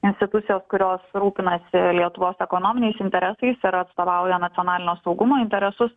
institucijos kurios rūpinasi lietuvos ekonominiais interesais ar atstovauja nacionalinio saugumo interesus